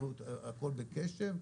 הכל בקשר,